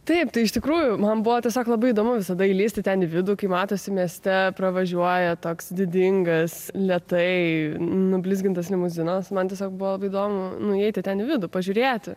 taip tai iš tikrųjų man buvo tiesiog labai įdomu visada įlįsti ten į vidų kai matosi mieste pravažiuoja toks didingas lėtai nublizgintas limuzinas man tiesiog buvo labai įdomu nueiti ten į vidų pažiūrėti